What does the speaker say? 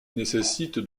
nécessite